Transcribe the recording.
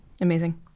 Amazing